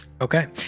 Okay